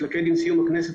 שהתלכד עם סיום הכנסת,